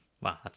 Wow